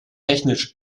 technisch